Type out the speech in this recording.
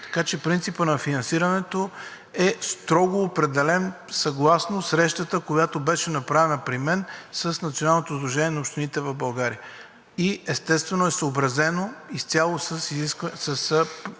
Така че принципът на финансирането е строго определен съгласно срещата, която беше направена при мен с Националното сдружение на общините в България. Естествено, то е съобразено изцяло с исканията